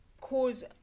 cause